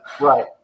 right